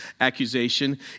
accusation